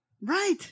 Right